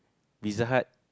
Pizza-Hut